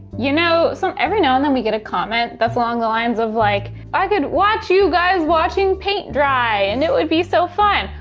you know, so every now and then we get a comment that's along the lines of like i could watch you guys watching paint dry and and be so fun.